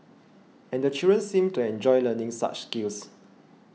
and the children seemed to enjoy learning such skills